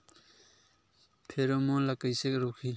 Pheromone ला कइसे रोकही?